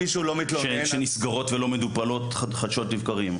שנסגרות ולא מטופלות חדשות לבקרים.